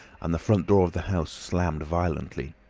and the front door of the house slammed violently.